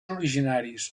originaris